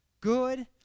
Good